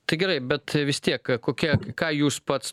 tai gerai bet vis tiek kokia ką jūs pats